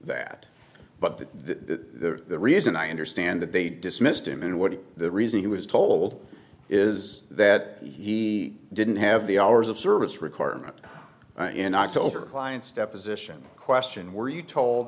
but the reason i understand that they dismissed him and what the reason he was told is that he didn't have the hours of service requirement in october client's deposition question were you told